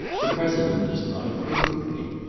the president does not approve of me.